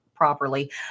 Properly